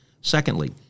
Secondly